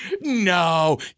No